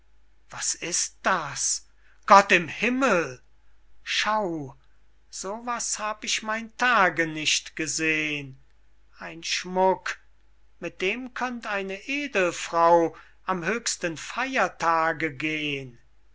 was ist das gott im himmel schau so was hab ich mein tage nicht gesehn ein schmuck mit dem könnt eine edelfrau am höchsten feiertage gehn